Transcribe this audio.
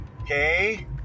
okay